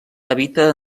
habita